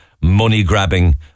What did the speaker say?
money-grabbing